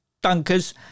dunkers